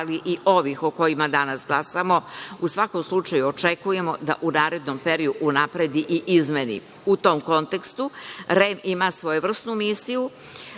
ali i ovih o kojima danas glasamo, u svakom slučaju očekujemo da u narednom periodu unapredi i izmeni.U tom kontekstu REM ima svojevrsnu misiju